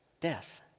Death